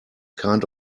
kind